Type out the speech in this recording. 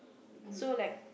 so like